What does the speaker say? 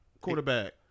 quarterback